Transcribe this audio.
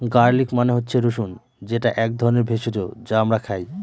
garlic মানে হচ্ছে রসুন যেটা এক ধরনের ভেষজ যা আমরা খাই